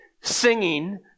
singing